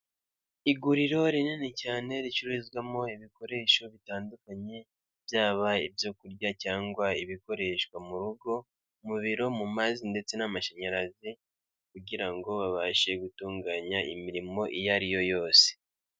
Iguriro rinini cyane ricururizwamo ibikoresho bitandukanye, byaba ibyo kurya cyangwa ibikoreshwa mu rugo, mu biro mu mazi ndetse n'amashanyarazi, kugira ngo babashe gutunganya imirimo iyo ari yo yose.